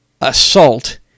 assault